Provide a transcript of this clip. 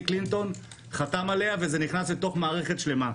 קלינטון חתם עליה וזה נכנס לתוך מערכת שלמה.